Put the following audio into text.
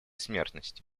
смертности